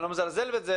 אני לא מזלזל בזה.